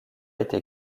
été